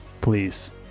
Please